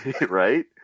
Right